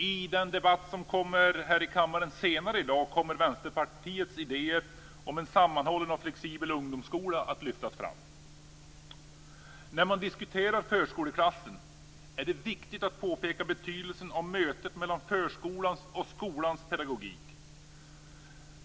I den debatt här i kammaren som kommer senare i dag kommer Vänsterpartiets idéer om en sammanhållen och flexibel ungdomsskola att lyftas fram. När man diskuterar förskoleklassen är det viktigt att påpeka betydelsen av mötet mellan förskolans och skolans pedagogik.